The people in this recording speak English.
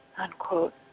Unquote